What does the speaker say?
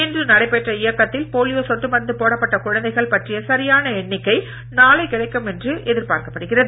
இன்று நடைபெற்ற இயக்கத்தில் போலியோ சொட்டு மருந்து போடப்பட்ட குழந்தைகள் பற்றிய சரியான எண்ணிக்கை நாளை கிடைக்கும் என எதிர்பார்க்கப்படுகிறது